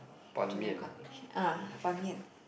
junior college ah ban-mian